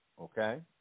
Okay